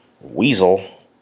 Weasel